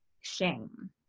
shame